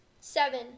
Seven